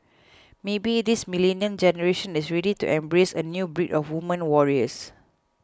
maybe this millennial generation is ready to embrace a new breed of women warriors